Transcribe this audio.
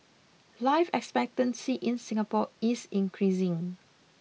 life expectancy in Singapore is increasing